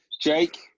Jake